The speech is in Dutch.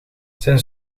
zijn